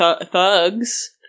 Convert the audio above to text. thugs